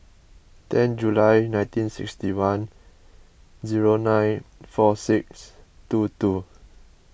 ten July nineteen sixty one zero nine four six two two